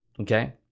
okay